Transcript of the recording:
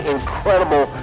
incredible